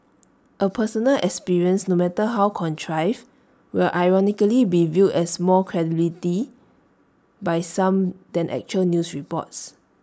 A personal experience no matter how contrived will ironically be viewed as more credibility by some than actual news reports